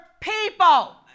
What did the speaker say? people